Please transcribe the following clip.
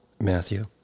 Matthew